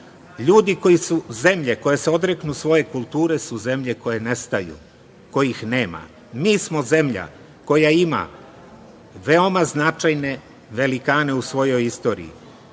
biti sutra. Zemlje koje se odreknu svoje kulture su zemlje koje nestaju, kojih nema. Mi smo zemlja koja ima veoma značajne velikane u svojoj istoriji.